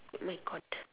red court